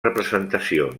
representació